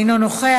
אינו נוכח.